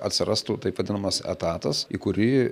atsirastų taip vadinamas etatas į kurį